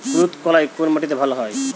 কুলত্থ কলাই কোন মাটিতে ভালো হয়?